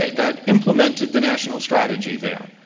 that implemented the national strategy there.